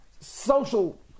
social